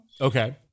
Okay